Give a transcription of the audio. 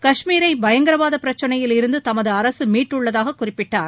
கஷ்மீரை பயங்கரவாத பிரச்சினையில் இருந்து தமது அரசு மீட்டுள்ளதாக குறிப்பிட்டார்